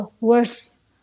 worse